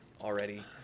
already